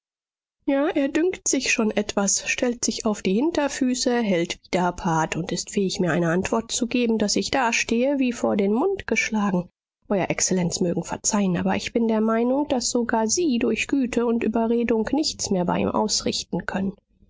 ja er dünkt sich schon etwas stellt sich auf die hinterfüße hält widerpart und ist fähig mir eine antwort zu geben daß ich dastehe wie vor den mund geschlagen euer exzellenz mögen verzeihen aber ich bin der meinung daß sogar sie durch güte und überredung nichts mehr bei ihm ausrichten können